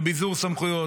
בביזור סמכויות,